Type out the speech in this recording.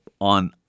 on